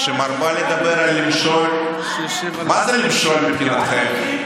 שמרבה לדבר על למשול, מה זה למשול מבחינתכם?